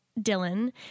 Dylan